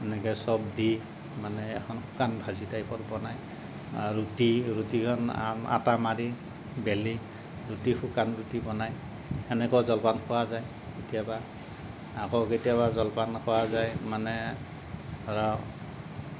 এনেকে চব দি মানে এখন শুকান ভাজি টাইপৰ বনায় আৰু ৰুটি ৰুটিখন আ আটা মাৰি বেলি ৰুটি শুকান ৰুটি বনায় এনেকুৱা জলপান খোৱা যায় কেতিয়াবা আকৌ কেতিয়াবা জলপান খোৱা যায় মানে ধৰক